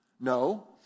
No